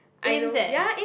Ames eh